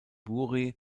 buri